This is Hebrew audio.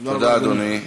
תודה, תודה, אדוני.